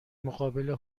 مقابل